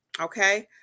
Okay